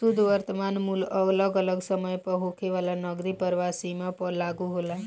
शुद्ध वर्तमान मूल्य अगल अलग समय पअ होखे वाला नगदी प्रवाह सीमा पअ लागू होला